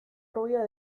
rubio